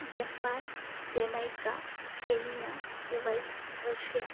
Japan jamaica Kenya Kuwait Russia